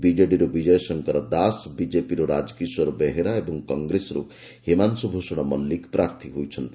ବିଜେଡ଼ିରୁ ବିଜୟ ଶଙ୍କର ଦାସ ବିଜେପିରୁ ରାଜକିଶୋର ବେହେରା ଏବଂ କଂଗ୍ରେସରୁ ହିମାଂଶୁ ଭ୍ରଷଣ ମଲ୍ଲିକ ପ୍ରାର୍ଥୀ ହୋଇଛନ୍ତି